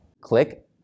click